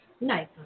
nice